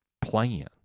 plan